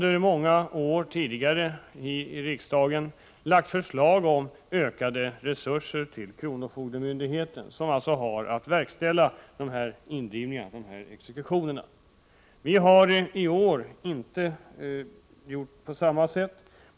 Vi har tidigare under många år i riksdagen lagt fram förslag om ökade resurser till kronofogdemyndigheterna, som alltså har att verkställda dessa indrivningar. Vi har i år inte gjort på samma sätt.